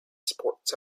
sports